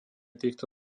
týchto